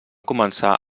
començar